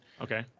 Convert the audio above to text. Okay